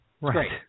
Right